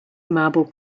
marble